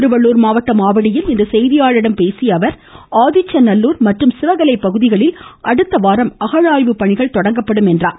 திருவள்ளுர் மாவட்டம் ஆவடியில் இன்று செய்தியாளர்களிடம் பேசிய அவர் ஆதிச்சநல்லூர் மற்றும் சிவகலை பகுதிகளில் அடுத்த வாரம் அகலாய்வுப் பணிகள் தொடங்கப்படும் என்றார்